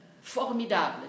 formidable